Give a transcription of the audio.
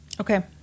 Okay